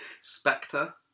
Spectre